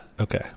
okay